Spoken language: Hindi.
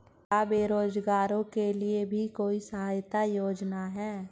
क्या बेरोजगारों के लिए भी कोई सहायता योजना है?